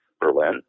Berlin